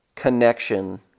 Connection